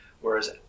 whereas